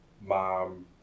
mom